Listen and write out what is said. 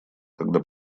когда